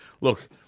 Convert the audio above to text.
look